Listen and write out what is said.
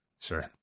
Sure